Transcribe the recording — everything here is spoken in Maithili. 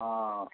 हँ